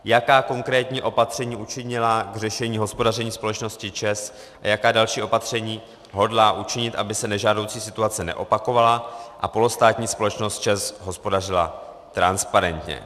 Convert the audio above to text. Jaká konkrétní opatření učinila k řešení hospodaření společnosti ČEZ a jaká další opatření hodlá učinit, aby se nežádoucí situace neopakovala a polostátní společnost ČEZ hospodařila transparentně?